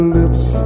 lips